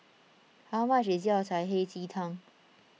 how much is Yao Cai Hei Ji Tang